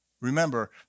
Remember